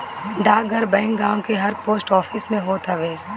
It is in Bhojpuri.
डाकघर बैंक गांव के हर पोस्ट ऑफिस में होत हअ